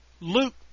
Luke